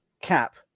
Cap